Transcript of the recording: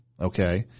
okay